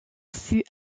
fut